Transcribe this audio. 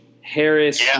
Harris